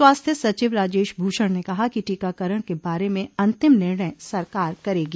स्वास्थ्य सचिव राजेश भूषण ने कहा कि टीकाकरण के बारे में अंतिम निर्णय सरकार करेगी